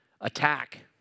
attack